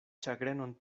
ĉagrenon